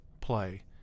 play